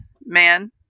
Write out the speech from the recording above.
man